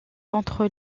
contre